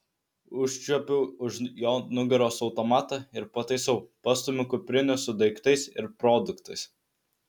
užčiuopiu už jo nugaros automatą ir pataisau pastumiu kuprinę su daiktais ir produktais